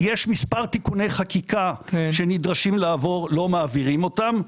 כי יש מספר תיקוני חקיקה שנדרשים לעבור - לא מעבירים אותם.